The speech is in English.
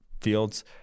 Fields